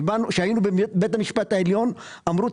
כשהיינו בבית המשפט העליון אמרו,